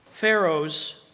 Pharaoh's